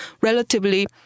relatively